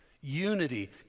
Unity